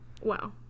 Wow